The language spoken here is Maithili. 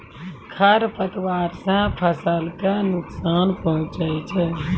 खरपतवार से फसल क नुकसान पहुँचै छै